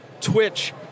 twitch